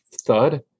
thud